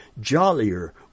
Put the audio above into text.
jollier